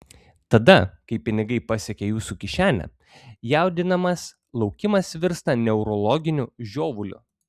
tada kai pinigai pasiekia jūsų kišenę jaudinamas laukimas virsta neurologiniu žiovuliu